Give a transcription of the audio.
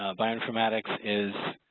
ah bioinformatics is